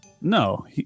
No